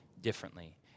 differently